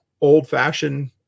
old-fashioned